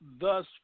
thus